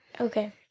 Okay